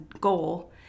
goal